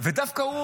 ודווקא הוא